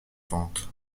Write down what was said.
ventes